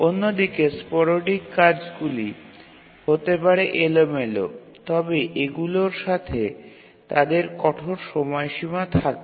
অন্যদিকে স্পোরডিক কাজগুলি হতে পারে এলোমেলো তবে এগুলির সাথে তাদের কঠোর সময়সীমা থাকে